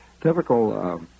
typical